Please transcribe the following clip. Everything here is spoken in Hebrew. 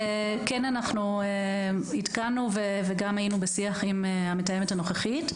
שאנחנו כן עדכנו וגם היינו בשיח עם המתאמת הנוכחית,